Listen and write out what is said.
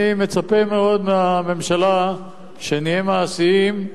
אני מצפה מאוד מהממשלה שנהיה מעשיים,